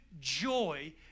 joy